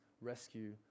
rescue